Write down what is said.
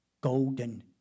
golden